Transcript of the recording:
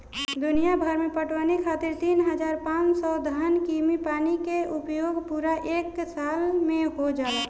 दुनियाभर में पटवनी खातिर तीन हज़ार पाँच सौ घन कीमी पानी के उपयोग पूरा एक साल में हो जाला